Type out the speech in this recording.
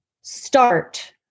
start